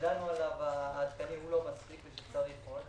שידענו עליו לא מספיק ושצריך עוד.